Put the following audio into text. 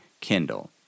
Kindle